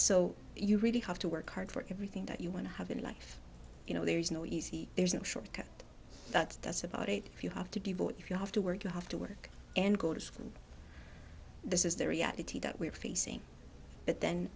so you really have to work hard for everything that you want to have in life you know there is no easy there's no shortcut but that's about it if you have to devote if you have to work you have to work and go to school this is the reality that we're facing but then